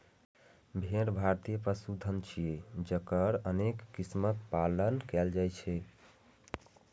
भेड़ भारतीय पशुधन छियै, जकर अनेक किस्मक पालन कैल जाइ छै